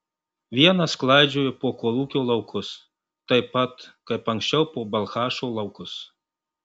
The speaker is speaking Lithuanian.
vienas klaidžioju po kolūkio laukus taip pat kaip anksčiau po balchašo laukus